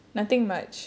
nothing much